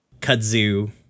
kudzu